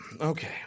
Okay